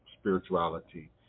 spirituality